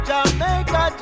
Jamaica